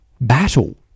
battle